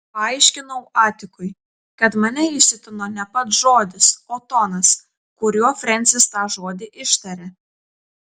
paaiškinau atikui kad mane įsiutino ne pats žodis o tonas kuriuo frensis tą žodį ištarė